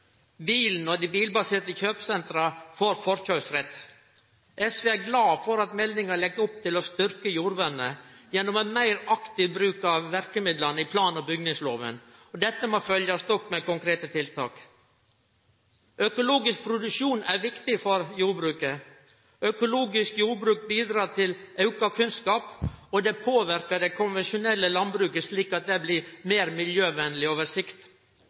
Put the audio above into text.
Bilen, og dei bilbaserte kjøpesentra, får forkøyrsrett. Eg er svært glad for at meldinga legg opp til å styrkje jordvernet gjennom ein meir aktiv bruk av verkemidla i plan- og bygningsloven. Dette må følgjast opp med konkrete tiltak. Økologisk produksjon er viktig for jordbruket. Økologisk jordbruk bidreg til auka kunnskap, og det påverkar det konvensjonelle landbruket, slik at det blir meir